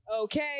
okay